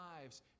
lives